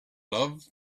love